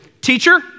Teacher